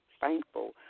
thankful